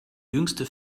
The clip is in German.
jüngste